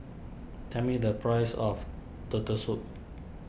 tell me the price of Turtle Soup